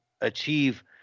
achieve